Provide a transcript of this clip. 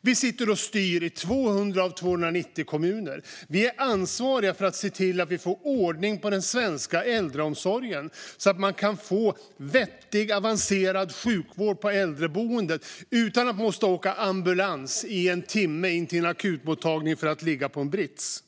Vi sitter och styr i 200 av 290 kommuner. Vi är ansvariga för att få ordning på den svenska äldreomsorgen, så att man kan få vettig avancerad sjukvård på äldreboenden och inte ska behöva åka ambulans i en timme till en akutmottagning för att få ligga på en brits.